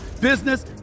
business